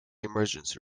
emergency